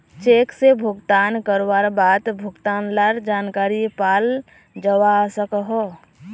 cheque से भुगतान करवार बाद भुगतान लार जानकारी पाल जावा सकोहो